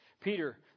Peter